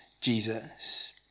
Jesus